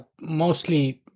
mostly